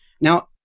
Now